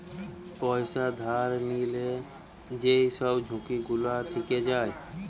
পয়সা ধার লিলে যেই সব ঝুঁকি গুলা থিকে যায়